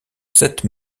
sept